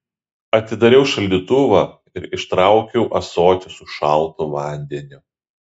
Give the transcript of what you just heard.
atidariau šaldytuvą ir ištraukiau ąsotį su šaltu vandeniu